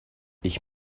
ich